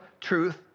truth